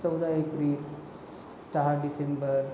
चौदा एप्रिल सहा डिसेंबर